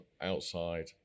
outside